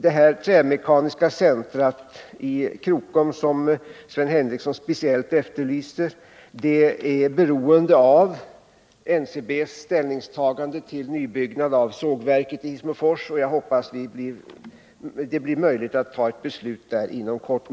Det trämekaniska centrum i Krokom som Sven Henricsson speciellt efterlyste är beroende av NCB:s ställningstagande till nybyggnad av sågverket i Hissmofors. Jag hoppas att det blir möjligt att ta ett beslut där inom kort.